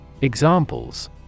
Examples